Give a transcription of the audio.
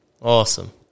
Awesome